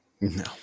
No